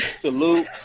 Salute